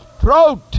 throat